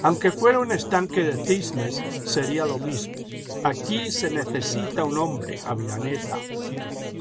aunque fuera un estanque de cisnes sería lo mismo aquí se necesita un hombre aviraneta